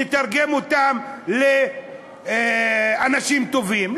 נתרגם אותן לאנשים טובים,